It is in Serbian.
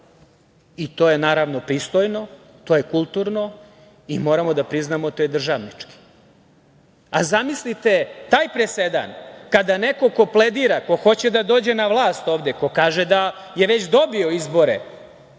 I to je naravno pristojno, to je kulturno i moramo da priznamo, to je državnički. Zamislite taj presedan kada neko ko pledira, ko hoće da dođe na vlast ovde, ko kaže da je već dobio izbore